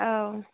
औ